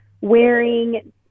wearing